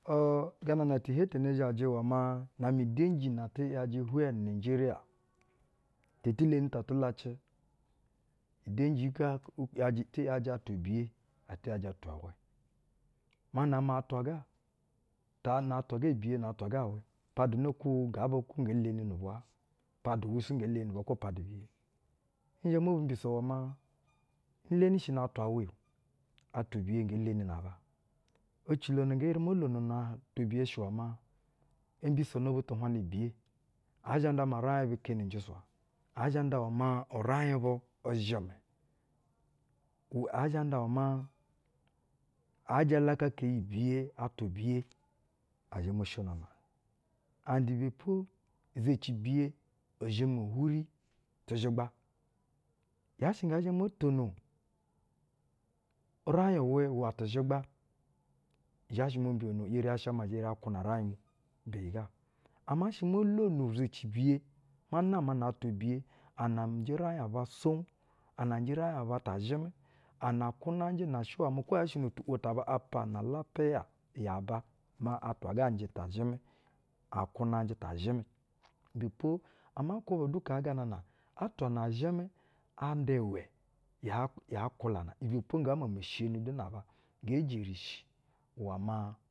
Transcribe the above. Or gana ti iheten zhajɛ i shɛ iwɛ maa na-amɛ edenji na atɛ hwɛɛ nu-unayijeriya, te eti leni ta atɛ lacɛ nudenji ga u ‘ya ti iyajɛ atwa biye atɛ ‘iyajɛ atwa-awɛ. Maa na-amɛ atwa ga, ta, na atwa ga biye na atwa ga awɛ, pad una kuƞ, ga aba kuƞnge leni nu ubwa? Padu wɛ suu nge leni nu-ubwa kwo padu biye? Nzhɛ mob u mbiso iwɛ maa nleni shin a-aba. Ecilo na nge eri mol ono na tawa biye shɛ iwɛ maa, o mbisono butu uhwaƞn biye. ɛɛ zhɛ nda maa uraiƞbu keen unjwɛswa. Aa zha nda iwɛ maa uraiƞ bu zhɛmɛ. u, ɛɛ zhɛ nda iwɛ maa, aa, jalakaka iyi biye, atwa biye, ɛ zhɛ mo sheyino na. and ibɛ po, izeci biye izhɛmɛ hwuri tɛ zhɛgba. Yaa shɛ ngɛ zhɛ mot ono uraiƞ uwɛ iwɛ tɛ zhɛ gba, i zha shɛ mo mbiyono, eri ya sha maa zhɛ ya kwuna uraiƞ mu beyi ga. Ama nshɛ mol ono izeci ibiye, ma naman a atwa biye anan njɛ uraiƞ aba sowun, ana njɛ uraiƞ aba sowun, ana njɛ uraiƞ aba ta zhɛmɛ, ana kwunaƞjɛ na shɛ iwɛ maa kwo yaa shɛ no tu’wo ta aba lapiya ya aba maa atwa ga njɛ ta zhɛmɛ, a kwunaƞjɛ ta zhɛmɛ. ibɛ po ama kwuba da kaa gana na atwa na zhɛmɛ a nda iwɛ ya, ya kwulana. Ibɛ po nge meme sheyini du na aba nge jerishi uwa maa.